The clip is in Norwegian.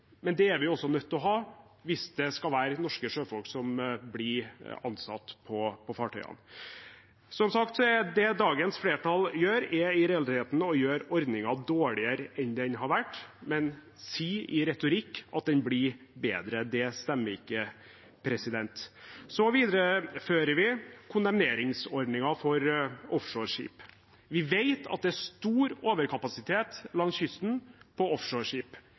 men det er vi også nødt til å ha hvis det skal være norske sjøfolk som blir ansatt på fartøyene. Som sagt er det dagens flertall gjør, i realiteten å gjøre ordningen dårligere enn den har vært, mens man i retorikken som brukes, gir uttrykk for at den blir bedre. Det stemmer ikke. Så viderefører vi kondemneringsordningen for offshoreskip. Vi vet at det er stor overkapasitet langs kysten på offshoreskip.